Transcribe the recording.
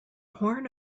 horn